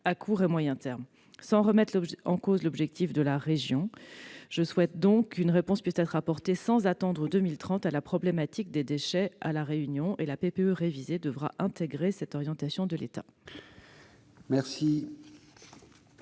à court et moyen terme. Sans remettre en cause l'objectif de la région, je souhaite qu'une réponse puisse être apportée, sans attendre 2030, à la problématique des déchets à La Réunion. La PPE révisée devra intégrer cette orientation de l'État.